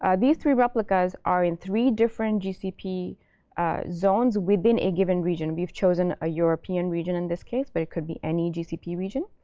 these three replicas are in three different gcp zones within a given region. we've chosen a european region, in this case. but it could be any gcp region.